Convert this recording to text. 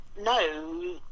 No